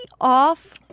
off